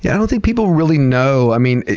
yeah i don't think people really know. i mean,